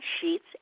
sheets